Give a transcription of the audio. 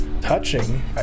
touching